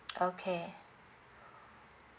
okay